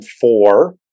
four